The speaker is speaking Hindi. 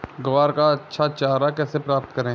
ग्वार का अच्छा चारा कैसे प्राप्त करें?